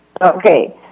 Okay